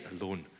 alone